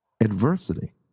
adversity